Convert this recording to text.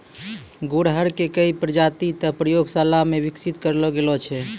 गुड़हल के कई प्रजाति तॅ प्रयोगशाला मॅ विकसित करलो गेलो छै